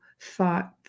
thought